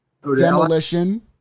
Demolition